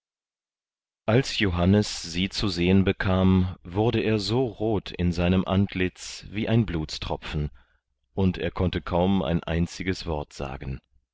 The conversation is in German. als johannes sie zu sehen bekam wurde er so rot in seinem antlitz wie ein blutstropfen und er konnte kaum ein einziges wort sagen